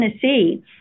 Tennessee